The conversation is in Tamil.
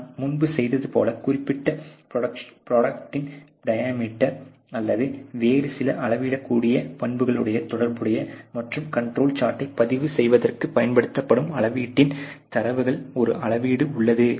நாம் முன்பு செய்தது போல குறிப்பிட்ட ப்ரோடக்ட்டின் டயமீட்டர் அல்லது வேறு சில அளவிடக்கூடிய பண்புகளுடன் தொடர்புடையது மற்றும் கண்ட்ரோல் சார்ட்டை பதிவு செய்வதற்குப் பயன்படுத்தப்படும் அளவீட்டின் தரவுகளில் ஒரு அளவீடு உள்ளது